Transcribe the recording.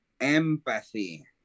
empathy